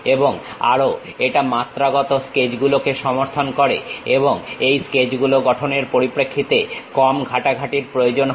এবং আরো এটা মাত্রাগত স্কেচ গুলোকে সমর্থন করে এবং এই স্কেচ গুলো গঠনের পরিপ্রেক্ষিতে কম ঘাটাঘাটির প্রয়োজন হয়